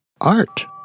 art